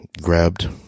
grabbed